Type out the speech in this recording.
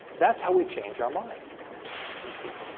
that's how we change our mind you see